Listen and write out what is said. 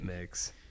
mix